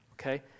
okay